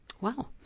Wow